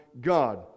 God